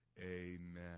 amen